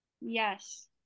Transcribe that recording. yes